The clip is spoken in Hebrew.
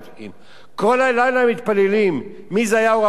כל הלילה מתפללים, מי זה היה "אור החיים" הקדוש.